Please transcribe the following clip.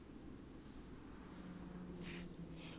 不用怕的啦游多几次不会怕了 lah